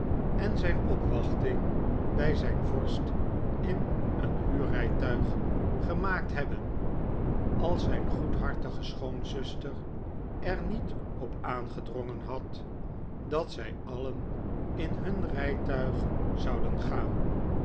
en zijn opwachting bij zijn vorst in een huurrijtuig gemaakt hebben als zijn goedhartige schoonzuster er niet op aangedrongen had dat zij alien in hun rijtuig zouden gaan